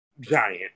giant